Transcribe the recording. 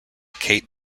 kate